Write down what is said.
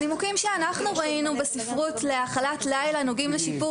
הנימוקים שאנחנו ראינו בספרות להאכלת לילה נוגעים לשיפור